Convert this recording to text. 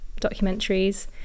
documentaries